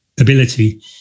ability